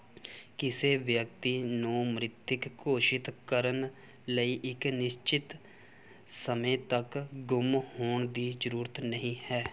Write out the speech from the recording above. ਕਿਸੇ ਵਿਅਕਤੀ ਨੂੰ ਮ੍ਰਿਤਿਕ ਘੋਸ਼ਿਤ ਕਰਨ ਲਈ ਇੱਕ ਨਿਸ਼ਚਿਤ ਸਮੇਂ ਤੱਕ ਗੁੰਮ ਹੋਣ ਦੀ ਜ਼ਰੂਰਤ ਨਹੀਂ ਹੈ